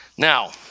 Now